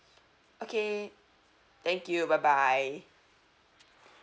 okay thank you bye bye